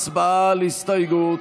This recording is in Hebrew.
הצבעה על הסתייגות.